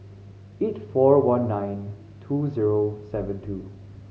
eight four one nine two zero seven two